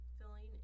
filling